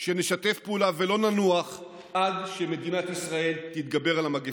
שנשתף פעולה ולא ננוח עד שמדינת ישראל תתגבר על המגפה.